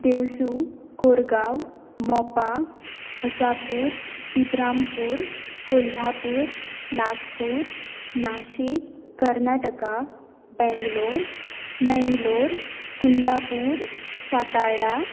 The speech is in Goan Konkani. देवसू कोरगांव मोपा हसापूर इब्रामपूर कोल्हापूर नागपूर नाशीक कर्नाटका बँंगलोर मँंगलोर कुंदापूर सातार्डा